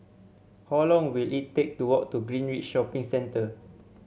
how long will it take to walk to Greenridge Shopping Centre